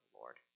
Lord